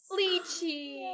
Lychee